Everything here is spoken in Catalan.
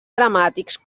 dramàtics